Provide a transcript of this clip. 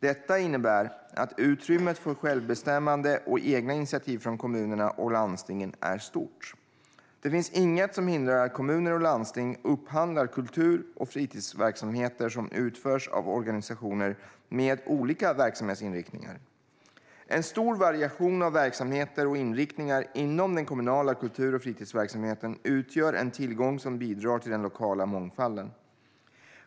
Detta innebär att utrymmet för självbestämmande och egna initiativ från kommunerna och landstingen är stort. Det finns inget som hindrar att kommuner och landsting upphandlar kultur och fritidsverksamheter som utförs av organisationer med olika verksamhetsinriktningar. En stor variation av verksamheter och inriktningar inom den kommunala kultur och fritidsverksamheten utgör en tillgång som bidrar till den lokala mångfalden.